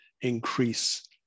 increase